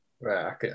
Right